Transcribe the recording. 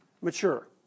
mature